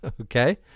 Okay